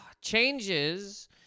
changes